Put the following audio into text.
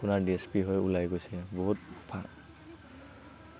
আপোনাৰ D S P হৈ ওলাই গৈছে